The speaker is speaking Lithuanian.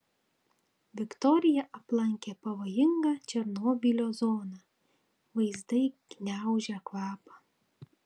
viktorija aplankė pavojingą černobylio zoną vaizdai gniaužia kvapą